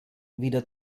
wieder